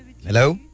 Hello